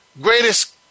greatest